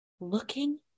looking